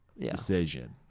decision